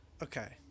Okay